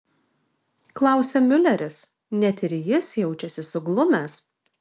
klausia miuleris net ir jis jaučiasi suglumęs